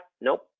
nope